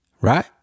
right